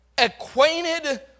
acquainted